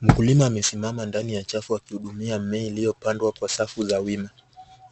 Mkulima amesimama ndani ya chafu akihudumia mimea iliopandwa kwa safu za wima.